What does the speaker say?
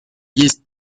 есть